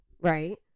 right